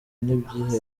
n’ibyihebe